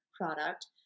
product